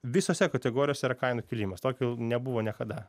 visose kategorijose yra kainų kilimas tokio nebuvo niekada